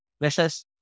versus